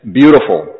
beautiful